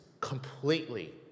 completely